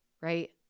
right